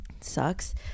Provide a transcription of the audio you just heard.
sucks